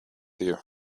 you